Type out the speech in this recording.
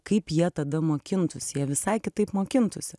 kaip jie tada mokintųsi jie visai kitaip mokintųsi